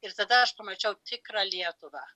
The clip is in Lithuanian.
ir tada aš pamačiau tikrą lietuvą